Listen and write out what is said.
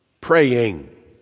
praying